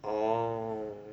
oh